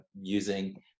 using